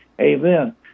Amen